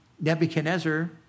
Nebuchadnezzar